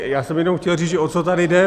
Já jsem jenom chtěl říct, o co tady jde.